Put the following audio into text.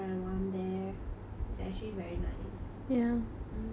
what else do you want in your house ah do you have dream cars or anything